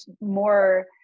more